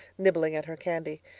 nibbling at her candy.